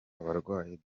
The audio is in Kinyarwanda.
abarwaye